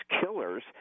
killers